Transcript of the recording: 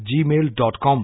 gmail.com